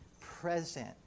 present